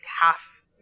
half